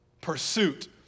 Pursuit